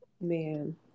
man